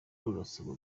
rurasabwa